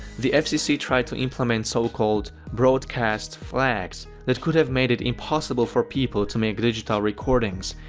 the fcc tried to implement so called broadcast flags that could have made it impossible for people to make digital recordings,